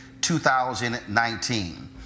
2019